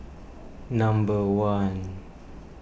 number one